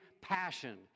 passion